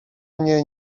mnie